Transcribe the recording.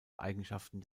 eigenschaften